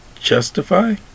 justify